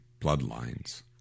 bloodlines